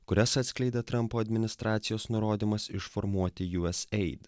kurias atskleidė trampo administracijos nurodymas išformuoti usa